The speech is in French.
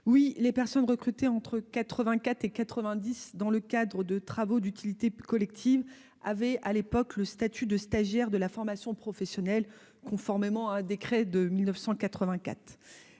oui les personnes recrutées entre 84 et 90 dans le cadre de travaux d'utilité collective, avait à l'époque, le statut de stagiaire de la formation professionnelle, conformément à un décret de 1984